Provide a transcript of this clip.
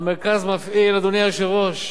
המרכז מפעיל, אדוני היושב-ראש,